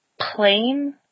plain